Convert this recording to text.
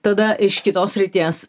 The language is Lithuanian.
tada iš kitos srities